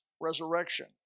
resurrection